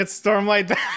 Stormlight